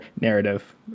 narrative